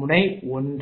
முனை 1